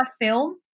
film